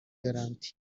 garanti